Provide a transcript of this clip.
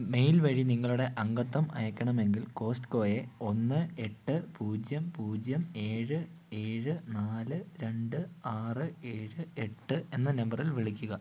mail വഴി നിങ്ങളുടെ അംഗത്വം അയയ്ക്കണമെങ്കിൽ കോസ്റ്റ്കോയെ ഒന്ന് എട്ട് പൂജ്യം പൂജ്യം ഏഴ് ഏഴ് നാല് രണ്ട് ആറ് ഏഴ് എട്ട് എന്ന നമ്പറിൽ വിളിക്കുക